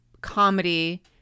comedy